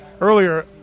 earlier